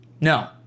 No